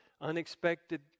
Unexpected